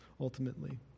ultimately